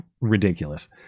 ridiculous